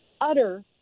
utter